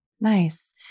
Nice